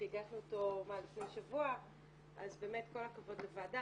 הגשנו אותו לפני שבוע אז באמת כל הכבוד לוועדה,